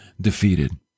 defeated